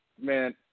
Man